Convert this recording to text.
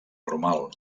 normal